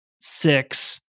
six